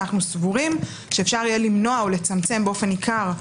ואנו סבורים שאפשר יהיה למנוע או לצמצם באופן ניכר.